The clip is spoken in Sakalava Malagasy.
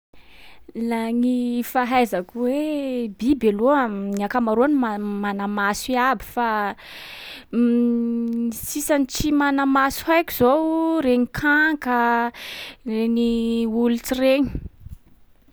Laha gny fahaizako hoe biby aloha, amin’ny ankamaroany ma- mana maso iaby. Fa ny sisan’ny tsy manamaso haiko zao: regny kànka, reny olitsy regny.